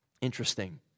Interesting